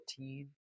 14